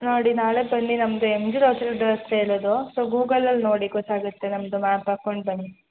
ನೋಡಿ ನಾಳೆ ಬನ್ನಿ ನಮ್ದು ಎಮ್ ಜಿ ರೋಡ್ ಹತ್ತಿರ ಇರೋದು ಸೊ ಗೂಗಲಲ್ಲಿ ನೋಡಿ ಗೊತ್ತಾಗುತ್ತೆ ನಮ್ದು ಮ್ಯಾಪ್ ಹಾಕ್ಕೊಂಡು ಬನ್ನಿ